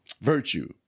virtue